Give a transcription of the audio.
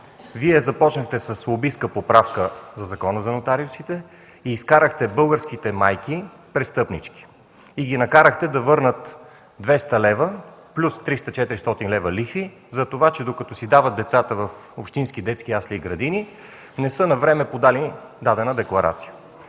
Вие започнахте с лобистка поправка в Закона за нотариусите, изкарахте българските майки престъпнички, накарахте ги да върнат 200 лв. плюс 300-400 лв. лихви за това, че докато си дават децата в общински детски ясли и градини, не са подали навреме дадена декларация.